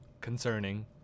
concerning